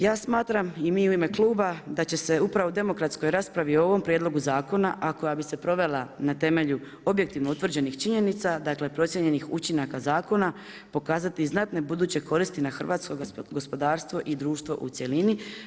Ja smatram i mi u ime kluba da će se upravo o demokratskoj raspravi o ovom prijedlogu zakona, a koja bi se provela na temelju objektivno utvrđenih činjenica, dakle procijenjenih učinaka zakona, pokazati znatno buduće koristi na hrvatsko gospodarstvo i društvo u cjelini.